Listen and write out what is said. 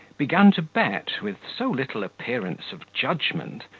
began to bet with so little appearance of judgment,